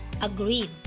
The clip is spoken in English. agreed